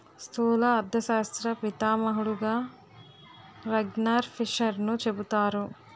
స్థూల అర్థశాస్త్ర పితామహుడుగా రగ్నార్ఫిషర్ను చెబుతారు